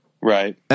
right